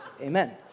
Amen